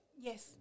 Yes